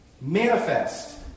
manifest